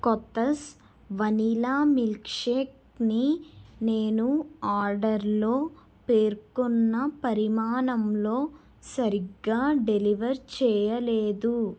Kothas vanilla milk షేక్ని నేను ఆర్డర్లో పేర్కొన్న పరిమాణంలో సరిగ్గా డెలివర్ చేయలేదు